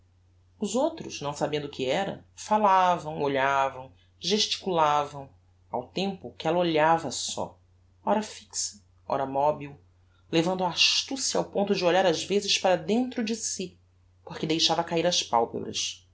os outros não sabendo o que era falavam olhavam gesticulavam ao tempo que ella olhava só ora fixa ora mobil levando a astucia ao ponto de olhar ás vezes para dentro de si porque deixava cair as palpebras